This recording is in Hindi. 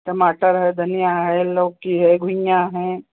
टमाटर है धनिया है लौकी है घुईया है